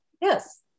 Yes